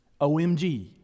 OMG